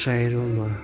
શહેરોમાં